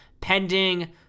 pending